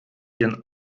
den